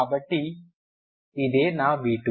కాబట్టి అదే నా v2